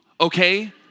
okay